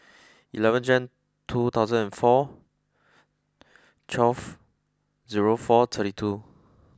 eleven Jan two thousand and four twelve zero four thirty two